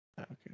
Okay